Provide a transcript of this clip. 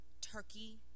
turkey